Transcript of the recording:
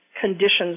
conditions